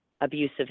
abusive